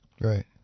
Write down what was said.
Right